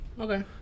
Okay